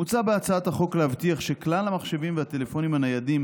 מוצע בהצעת החוק להבטיח שכלל המחשבים והטלפונים הניידים